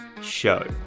show